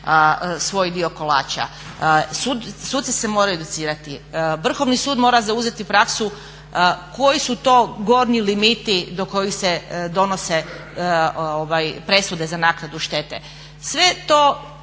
svoj dio kolača. Suci se moraju educirati, Vrhovni sud mora zauzeti praksu koji su to gornji limiti do kojih se donose presude za naknadu štete. Sve to